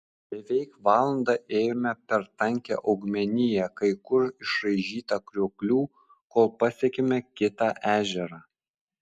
beveik valandą ėjome per tankią augmeniją kai kur išraižytą krioklių kol pasiekėme kitą ežerą